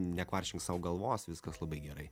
nekvaršink sau galvos viskas labai gerai